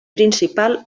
principal